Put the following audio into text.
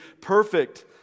perfect